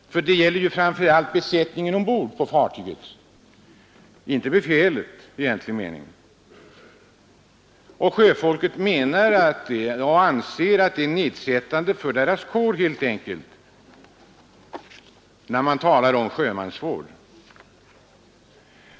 Det gäller ju framför allt besättningen ombord på fartyget, inte befälet i egentlig mening. Sjöfolket anser att det helt enkelt är nedsättande för kåren när man talar om sjömansvård.